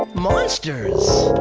monsters!